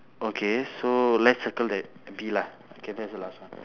okay so let's circle that bee lah okay that's the last one